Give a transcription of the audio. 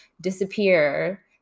disappear